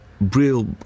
real